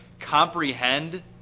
comprehend